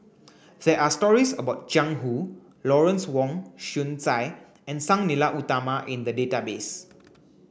there are stories about Jiang Lawrence Wong Shyun Tsai and Sang Nila Utama in the database